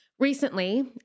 Recently